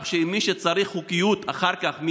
מי שצריך חוקיות, אחר כך.